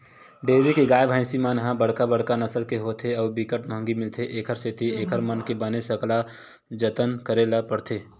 dairy के गाय, भइसी मन ह बड़का बड़का नसल के होथे अउ बिकट महंगी मिलथे, एखर सेती एकर मन के बने सकला जतन करे ल परथे